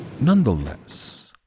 Nonetheless